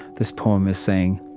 this poem is saying,